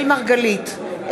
אינו נוכח אראל מרגלית,